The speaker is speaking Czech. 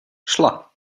šla